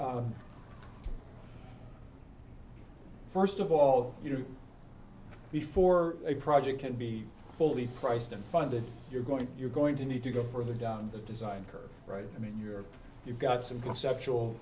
zero first of all you know before a project can be fully priced and funded you're going you're going to need to go further down the design curve right i mean you're you've got some conceptual